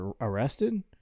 arrested